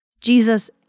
Jesus